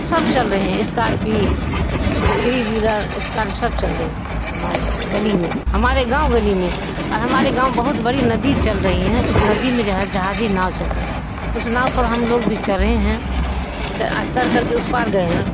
سب چل رہے ہیں اسکارپیو تھری ویلر اسکارپیو سب چل رہے ہیں ہمارے گلی میں ہمارے گاؤں گلی میں اور ہمارے گاؤں بہت بڑی ندی چل رہی ہیں اس ندی میں جو ہے جہازی ناؤ چل رہے ہیں اس ناؤ پر ہم لوگ بھی چڑھے ہیں چڑھ کر کے اس پار گئے ہیں